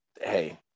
Hey